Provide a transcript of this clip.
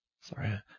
Sorry